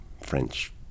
french